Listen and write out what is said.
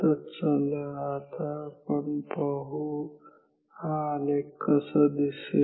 तर चला आता आपण पाहू हा आलेख कसा दिसेल